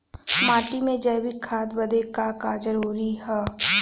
माटी में जैविक खाद बदे का का जरूरी ह?